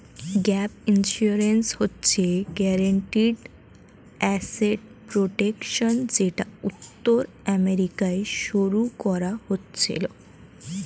gap insurance হচ্ছে guaranteed asset protection যেটা উত্তর আমেরিকায় শুরু করা হয়েছিল